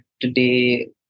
today